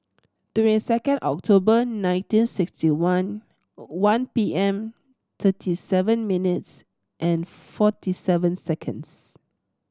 twenty second October nineteen sixty one one P M thirty seven minutes and forty seven seconds